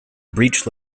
breech